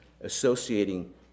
associating